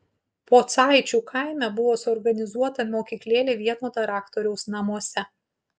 pocaičių kaime buvo suorganizuota mokyklėlė vieno daraktoriaus namuose